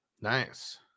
Nice